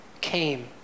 came